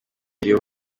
iyo